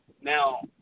Now